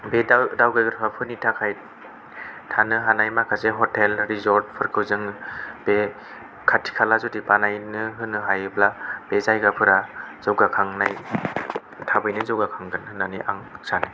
बे दाव दावबायग्राफोरनि थाखाय थानो हानाय माखासे हटेल रिजर्ट फोरखौ जों बे खाथिखाला जुदि बानायनो होनो हायोब्ला बे जायगाफोरा जौखांनाय थाबैनो जौगाखांगोन होननानै आं सानो